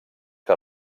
que